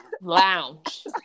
lounge